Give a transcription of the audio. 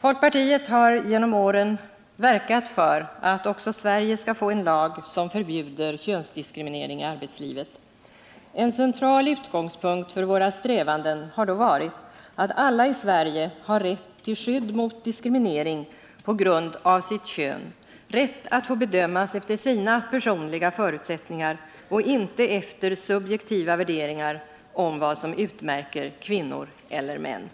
Folkpartiet har genom åren verkat för att också Sverige skall få en lag som förbjuder könsdiskriminering i arbetslivet. En central utgångspunkt för våra strävanden har varit att alla i Sverige har rätt till skydd mot diskriminering på grund av sitt kön, rätt att få bedömas efter sina personliga förutsättningar och inte efter subjektiva värderingar om vad som utmärker kvinnor eller män.